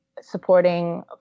supporting